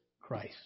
Christ